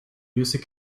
music